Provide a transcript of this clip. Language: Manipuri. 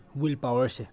ꯋꯤꯜ ꯄꯥꯋꯔꯁꯦ